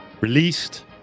released